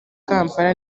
kampala